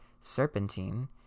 serpentine